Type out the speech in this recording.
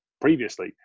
previously